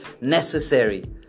necessary